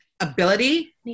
Ability